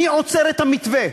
מי עוצר את המתווה?